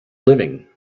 living